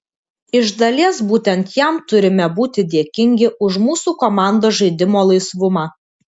iš dalies būtent jam turime būti dėkingi už mūsų komandos žaidimo laisvumą